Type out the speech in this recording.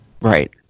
Right